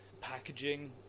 Packaging